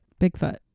Bigfoot